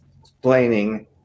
explaining